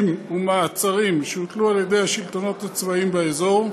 ומעצרים שהוטלו על ידי השלטונות הצבאיים באזור,